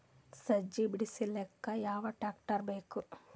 ಸಜ್ಜಿ ಬಿಡಿಸಿಲಕ ಯಾವ ಟ್ರಾಕ್ಟರ್ ಬೇಕ?